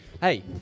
Hey